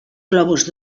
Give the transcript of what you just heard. globus